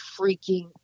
freaking